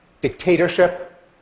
dictatorship